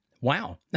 wow